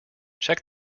check